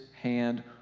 hand